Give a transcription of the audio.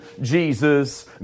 Jesus